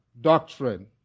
doctrine